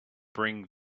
bring